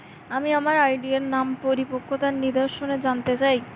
আমি আমার আর.ডি এর আমার পরিপক্কতার নির্দেশনা জানতে চাই